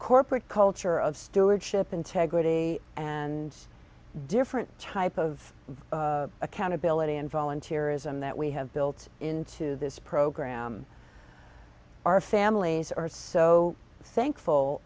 corporate culture of stewardship integrity and different type of accountability and volunteerism that we have built into this program our families are so thankful